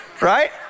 right